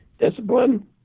Discipline